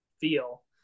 feel